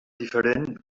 diferent